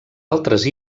altres